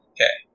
Okay